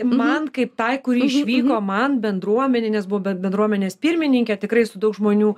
man kaip tai kuri išvyko man bendruomenė nes buvau be bendruomenės pirmininkė tikrai su daug žmonių